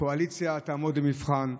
הקואליציה תעמוד למבחן,